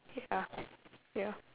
ya ya